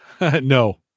No